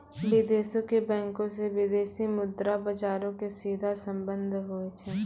विदेशो के बैंको से विदेशी मुद्रा बजारो के सीधा संबंध होय छै